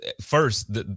first